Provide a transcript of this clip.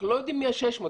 אנחנו לא יודעים מי ה-600,